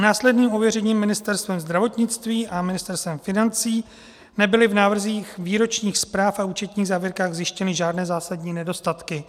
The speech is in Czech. Následným ověřením Ministerstvem zdravotnictví a Ministerstvem financí nebyly v návrzích výročních zpráv a účetních závěrkách zjištěny žádné zásadní nedostatky.